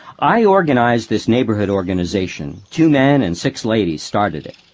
i organized this neighborhood organization, two men and six ladies started it.